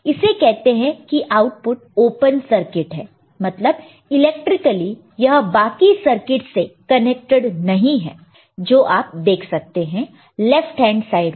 इसे कहते हैं की आउटपुट ओपन सर्किट है मतलब इलेक्ट्रिकली यह बाकी सर्किट से कनेक्टेड नहीं है जो आप देख सकते हैं लेफ्ट हैंड साइड पर